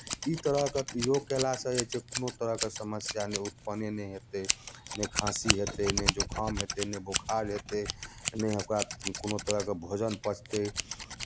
ई तरहके योग कयलासँ जे छै कोनो तरहके समस्या नहि उत्पन्ने नहि हेतै नहि खाँसी हेतै नहि जुकाम हेतै नहि बुखार हेतै नहि ओकरा कोनो तरहके भोजन पचतै